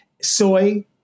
Soy